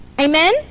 Amen